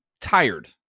tired